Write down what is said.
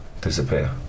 disappear